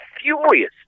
furious